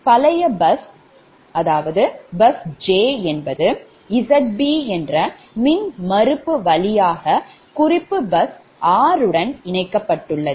பழைய bus bus j Zb என்ற மின்மறுப்பு வழியாக குறிப்பு பஸ் r உடன் இணைக்கப்பட்டுள்ளது